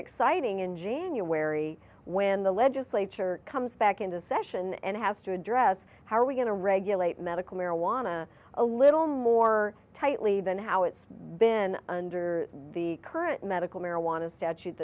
exciting in january when the legislature comes back into session and has to address how are we going to regulate medical marijuana a little more tightly than how it's been under the current medical marijuana statute